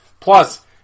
Plus